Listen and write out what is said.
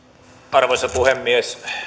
arvoisa puhemies